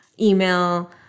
email